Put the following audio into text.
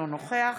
אינו נוכח